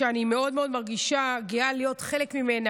שאני מאוד מאוד מרגישה גאה להיות חלק ממנה,